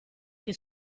che